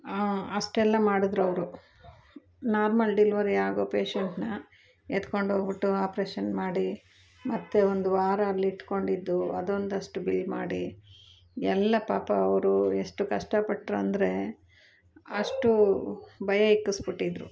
ಅಷ್ಟೆಲ್ಲ ಮಾಡಿದ್ರು ಅವರು ನಾರ್ಮಲ್ ಡಿಲ್ವರಿ ಆಗೊ ಪೇಶೆಂಟ್ನ ಎತ್ಕೊಂಡು ಹೋಗಿಬಿಟ್ಟು ಆಪ್ರೇಷನ್ ಮಾಡಿ ಮತ್ತು ಒಂದು ವಾರ ಅಲ್ಲಿಟ್ಕೊಂಡಿದ್ದು ಅದೊಂದಷ್ಟು ಬಿಲ್ ಮಾಡಿ ಎಲ್ಲ ಪಾಪ ಅವರು ಎಷ್ಟು ಕಷ್ಟಪಟ್ಟರು ಅಂದರೆ ಅಷ್ಟು ಭಯ ಇಕ್ಕಿಸ್ಬಿಟ್ಟಿದ್ರು